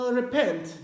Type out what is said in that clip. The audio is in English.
repent